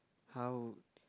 how